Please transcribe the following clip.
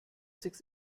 six